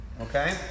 Okay